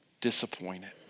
disappointed